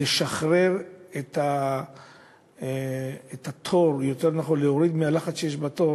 לשחרר את התור, יותר נכון להוריד את הלחץ שיש בתור